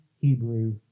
Hebrew